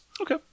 Okay